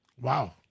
Wow